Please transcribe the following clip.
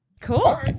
Cool